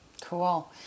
Cool